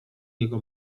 jego